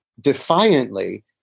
defiantly